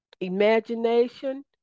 imagination